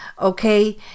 Okay